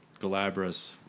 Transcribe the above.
Galabras